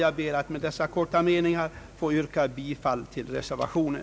Jag ber att med dessa korta meningar få yrka bifall till reservationen.